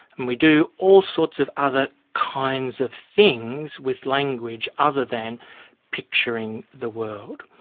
and we do all sorts of other kinds of things with language other than picturing the world.